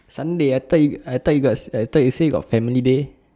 sunday I thought you I thought you got I thought you say you got family day